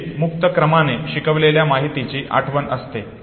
हे मुक्त क्रमाने शिकलेल्या माहितीची आठवण असते